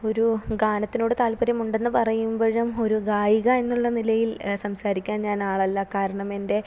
ഒരു ഗാനത്തിനോട് താല്പര്യം ഉണ്ടെന്നു പറയുമ്പോഴും ഒരു ഗായിക എന്നുള്ള നിലയിൽ സംസാരിക്കാൻ ഞാനാളല്ല കാരണം എൻ്റെ